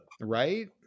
right